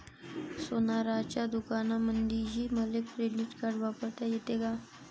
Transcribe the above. सोनाराच्या दुकानामंधीही मले क्रेडिट कार्ड वापरता येते का?